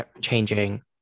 changing